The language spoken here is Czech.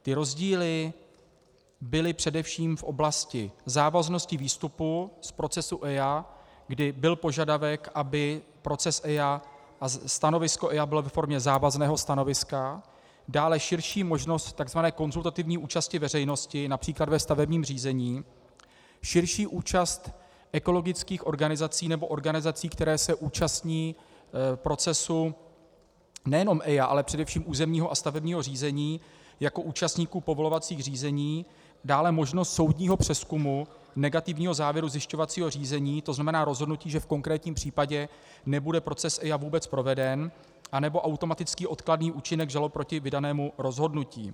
Ty rozdíly byly především v oblasti závaznosti výstupu z procesu EIA, kdy byl požadavek, aby proces EIA a stanovisko EIA bylo ve formě závazného stanoviska, dále širší možnost takzvané konzultativní účasti veřejnosti například ve stavebním řízení, širší účast ekologických organizací nebo organizací, které se účastí procesu nejenom EIA, ale především územního a stavebního řízení jako účastníků povolovacích řízení, dále možnost soudního přezkumu negativního závěru zjišťovacího řízení, to znamená rozhodnutí, že v konkrétním případě nebude proces EIA vůbec proveden, a nebo automatický odkladný účinek žalob proti vydanému rozhodnutí.